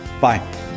Bye